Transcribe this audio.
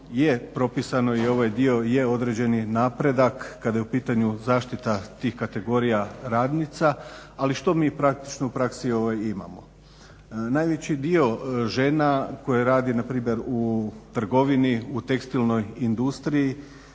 je propisano i ovaj dio je određeni napredak kada je u pitanju zaštita tih kategorija radnica. Ali što mi praktično u praksi imamo? Najveći dio žena koji radi na primjer u trgovini u tekstilnoj industriji